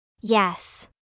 Yes